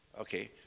Okay